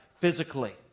physically